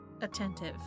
attentive